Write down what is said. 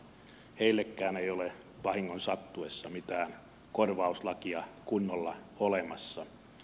heillekään ei ole vahingon sattuessa mitään korvauslakia kunnolla olemassa